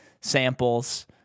samples